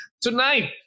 Tonight